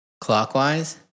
clockwise